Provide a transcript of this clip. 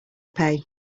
pay